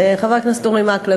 חבר הכנסת אורי מקלב,